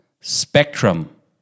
Spectrum